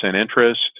interest